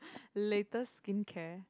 latest skincare